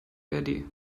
verde